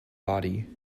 body